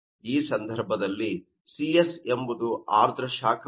ಈ ಸಂದರ್ಭದಲ್ಲಿ Cs ಎಂಬುದು ಆರ್ದ್ರ ಶಾಖ ಆಗಿದೆ